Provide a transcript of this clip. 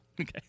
Okay